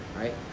right